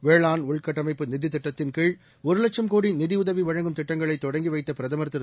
வேளாண் உள்கட்டமைப்பு நிதித் திட்டத்தின் கீழ் ஒரு லட்சம் கோடி நிதி உதவி வழங்கும் திட்டங்களை தொடங்கி வைத்த பிரதமர் திரு